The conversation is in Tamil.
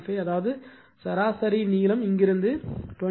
5 அதாவது சராசரி நீளம் இங்கிருந்து இங்கிருந்து 20 1